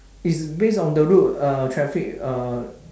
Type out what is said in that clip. is base on the road uh traffic uh